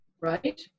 right